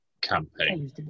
campaign